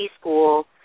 school